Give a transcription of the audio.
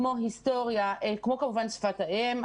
כמו שפת האם,